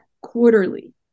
quarterly